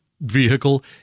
vehicle